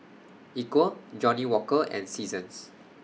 Equal Johnnie Walker and Seasons